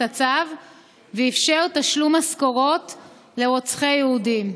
את הצו ואפשר תשלום משכורות לרוצחי יהודים.